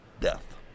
death